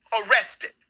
Arrested